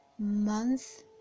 month